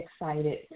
excited